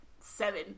seven